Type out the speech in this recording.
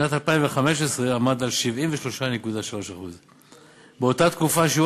בשנת 2015 הוא עמד על 76.3%. באותה תקופה שיעור